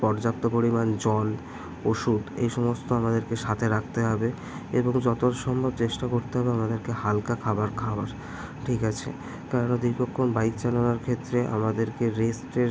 পর্যাপ্ত পরিমাণ জল ওষুধ এই সমস্ত আমাদেরকে সাথে রাখতে হবে এবং যত সম্ভব চেষ্টা করতে হবে আমাদেরকে হালকা খাবার খাওয়ার ঠিক আছে কেননা দীর্ঘক্ষণ বাইক চালানোর ক্ষেত্রে আমাদেরকে রেস্টের